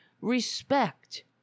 respect